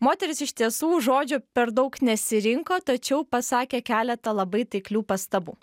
moteris iš tiesų žodžio per daug nesirinko tačiau pasakė keletą labai taiklių pastabų